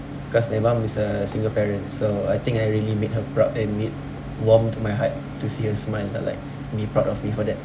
cause my mum is a single parent so I think I really made her proud and it warmed my heart to see her smile and like me proud of me for that